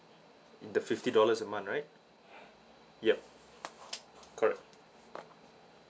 in the fifty dollars a month right yup correct